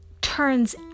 turns